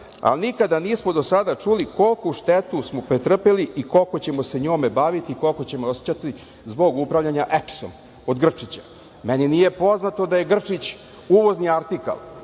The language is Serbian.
ali nikada nismo do sada čuli koliku štetu smo pretrpeli i koliko ćemo se njome baviti, koliko ćemo je osećati zbog upravljanja EPS-om, od Grčića. Nije mi poznato da je Grčkim uvozni artikal